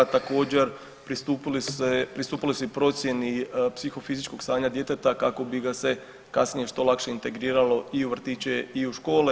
Također pristupilo se i procjeni psihofizičkog stanja djeteta kako bi ga se kasnije što lakše integriralo i u vrtiće i u škole.